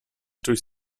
durch